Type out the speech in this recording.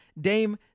Dame